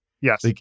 Yes